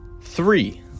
three